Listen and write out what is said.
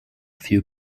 few